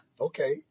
Okay